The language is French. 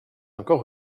encore